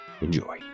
Enjoy